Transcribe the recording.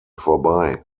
vorbei